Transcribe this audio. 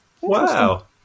wow